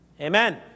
Amen